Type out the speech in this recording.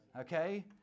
Okay